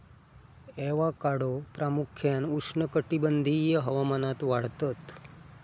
avocado प्रामुख्यान उष्णकटिबंधीय हवामानात वाढतत